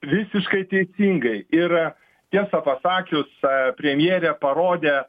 visiškai teisingai ir tiesą pasakius premjerė parodė